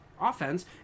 offense